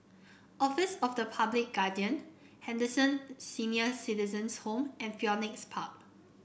office of the Public Guardian Henderson Senior Citizens' Home and Phoenix Park